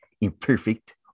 Imperfect